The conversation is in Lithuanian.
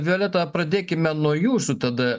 violeta pradėkime nuo jūsų tada